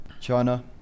China